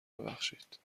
ببخشید